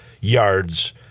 yards